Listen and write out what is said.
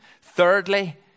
Thirdly